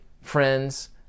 friends